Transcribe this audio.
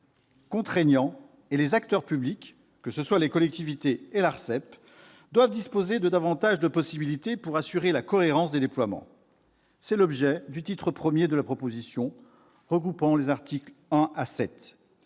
juridiquement contraignants et les acteurs publics, que ce soient les collectivités ou l'ARCEP, doivent disposer de davantage de possibilités pour assurer la cohérence des déploiements. C'est l'objet du titre Ide la proposition de loi, regroupant les articles 1à 7,